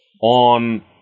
on